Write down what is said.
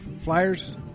Flyers